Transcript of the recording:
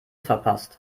verpasst